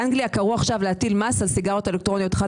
באנגליה קראו עכשיו להטיל מס על סיגריות אלקטרוניות חד